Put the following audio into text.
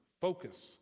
Focus